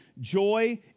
joy